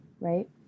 right